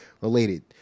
related